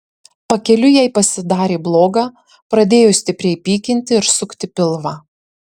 pakeliui jai pasidarė bloga pradėjo stipriai pykinti ir sukti pilvą